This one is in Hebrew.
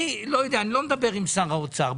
אני לא מדבר עם שר האוצר.